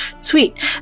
Sweet